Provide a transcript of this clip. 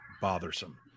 bothersome